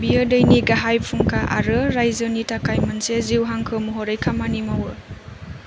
बियो दैनि गाहाय फुंखा आरो रायजोनि थाखाय मोनसे जिउ हांखो महरै खामानि मावो